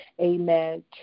Amen